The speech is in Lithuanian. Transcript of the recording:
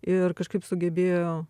ir kažkaip sugebėjo